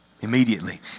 Immediately